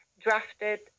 drafted